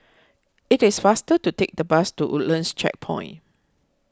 it is faster to take the bus to Woodlands Checkpoint